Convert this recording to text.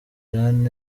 iran